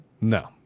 no